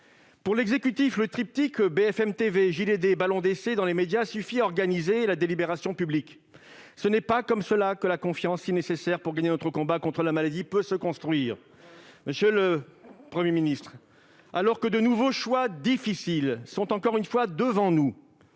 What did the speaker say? Pour l'exécutif, le triptyque BFM TV, et ballon d'essai dans les médias suffit à organiser la délibération publique, mais ce n'est pas ainsi que la confiance, si nécessaire pour gagner notre combat contre la maladie, peut se construire. Monsieur le Premier ministre, alors que de nouveaux choix difficiles sont, encore une fois, devant nous,